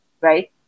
Right